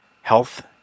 Health